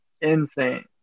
insane